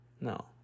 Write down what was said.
No